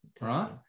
Right